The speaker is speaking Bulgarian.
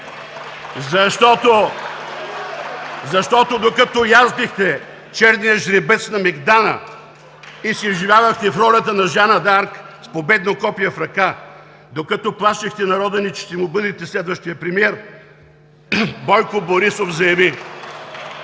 Защото, докато яздихте черния жребец на мегдана (смях от ГЕРБ) и се вживявахте в ролята на Жана д’Арк с победно копие в ръка, докато плашехте народа ни, че ще му бъдете следващият премиер, Бойко Борисов заяви: